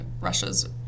Russia's